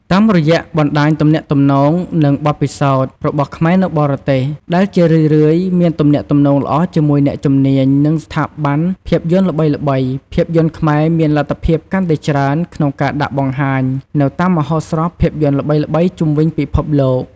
តាមរយៈ បណ្តាញទំនាក់ទំនង និង បទពិសោធន៍ របស់ខ្មែរនៅបរទេស ដែលជារឿយៗមានទំនាក់ទំនងល្អជាមួយអ្នកជំនាញ និងស្ថាប័នភាពយន្តល្បីៗ ភាពយន្តខ្មែរមាន លទ្ធភាពកាន់តែច្រើនក្នុងការដាក់បង្ហាញនៅតាមមហោស្រពភាពយន្តល្បីៗជុំវិញពិភពលោក។